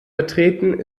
betreten